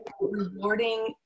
rewarding